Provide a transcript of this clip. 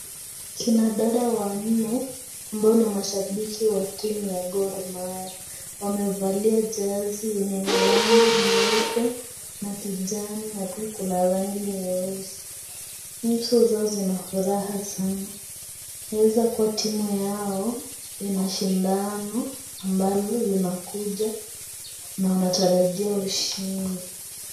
Kina dada wanne ambao ni mashabiki wa timu ya Gormahia wamevalia jezi yenye rangi nyeupe na kijani na pia kuna rangi nyeusi, nyuso zao zina furaha sana inaweza kuwa timu yao inashindano ambalo linakuja wanatarajia ushindi .